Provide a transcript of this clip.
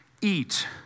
eat